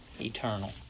eternal